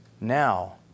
now